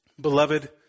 Beloved